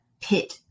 pit